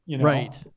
Right